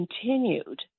continued